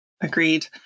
Agreed